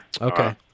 Okay